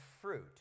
fruit